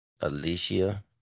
Alicia